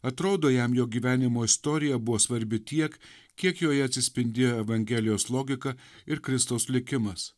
atrodo jam jo gyvenimo istorija buvo svarbi tiek kiek joje atsispindėjo evangelijos logika ir kristaus likimas